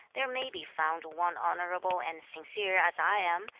there may be found one honourable and sincere as i am,